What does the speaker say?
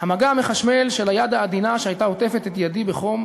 המגע המחשמל של היד העדינה שהייתה עוטפת את ידי בחום,